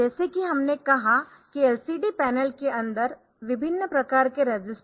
जैसा कि हमने कहा कि LCD पैनल के अंदर विभिन्न प्रकार के रजिस्टर है